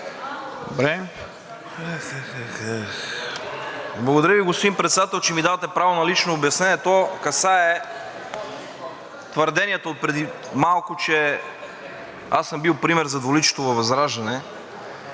Благодаря Ви, господин Председател, че ми давате право на лично обяснение, то касае твърдението отпреди малко, че аз съм бил пример за двуличието във ВЪЗРАЖДАНЕ.